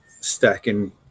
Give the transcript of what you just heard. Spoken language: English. stacking